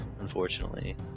unfortunately